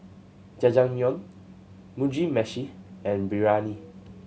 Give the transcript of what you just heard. Jajangmyeon Mugi Meshi and Biryani